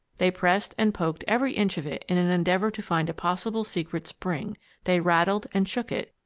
they pressed and poked every inch of it in an endeavor to find a possible secret spring they rattled and shook it,